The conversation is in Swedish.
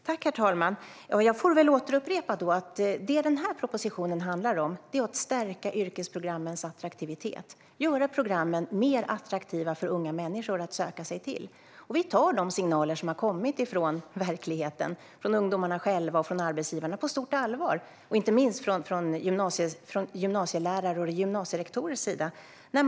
Herr talman! Jag får väl återupprepa att det propositionen handlar om är att stärka yrkesprogrammens attraktivitet, att göra programmen mer attraktiva för unga människor att söka sig till. Vi tar de signaler som har kommit från verkligheten, från ungdomarna själva och från arbetsgivarna, och inte minst från gymnasielärares och gymnasierektorers sida, på stort allvar.